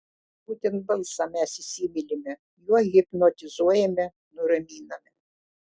būtent balsą mes įsimylime juo hipnotizuojame nuraminame